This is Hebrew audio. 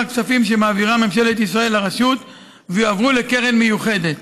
הכספים שמעבירה ממשלת ישראל לרשות ויעברו לקרן מיוחדת.